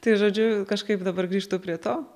tai žodžiu kažkaip dabar grįžtu prie to